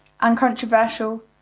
Uncontroversial